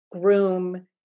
groom